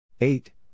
Eight